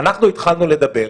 אנחנו התחלנו לדבר,